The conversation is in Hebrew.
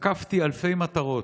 תקפתי אלפי מטרות,